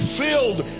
filled